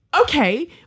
Okay